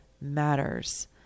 matters